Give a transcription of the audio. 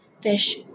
fish